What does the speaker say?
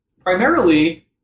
primarily